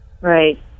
Right